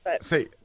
See